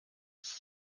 ist